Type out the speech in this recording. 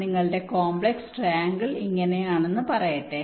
നിങ്ങളുടെ complex triangle ഇങ്ങനെയാണെന്ന് പറയട്ടെ